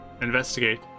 investigate